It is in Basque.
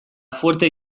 fuerte